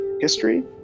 history